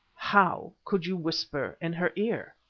how could you whisper in her ear?